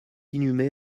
inhumé